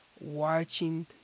watching